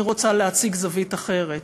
אני רוצה להציג זווית אחרת,